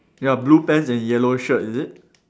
ya blue pants and yellow shirt is it